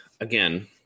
again